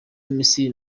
misiri